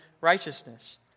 righteousness